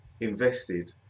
invested